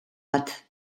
bat